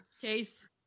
Case